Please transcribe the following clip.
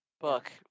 book